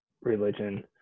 religion